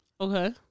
Okay